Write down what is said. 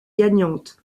gagnante